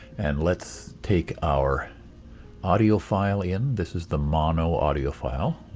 and let's take our audio file in. this is the mono audio file.